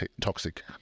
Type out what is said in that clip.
toxic